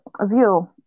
view